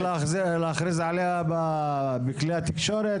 צריך רק להכריז על שביתה בכלי התקשורת,